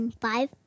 Five